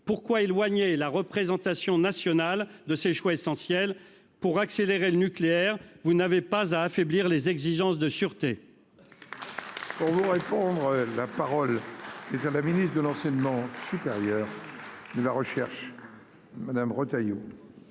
Pourquoi écarter la représentation nationale de ces choix essentiels ? Pour accélérer le nucléaire, vous n'avez pas à affaiblir les exigences de sûreté. La parole est à Mme la ministre de l'enseignement supérieur et de la recherche. Monsieur